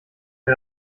mir